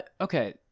Okay